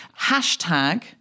Hashtag